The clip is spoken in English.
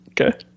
okay